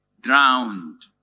drowned